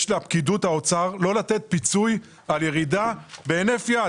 לפקידות האוצר לא לתת פיצוי על ירידה בהינף יד.